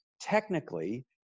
technically